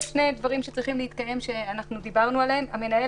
יש שני דברים שצריכים להתקיים שאנחנו דיברנו עליהם: "המנהל